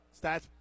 stats